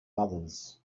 others